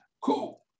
Cool